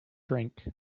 drink